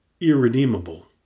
irredeemable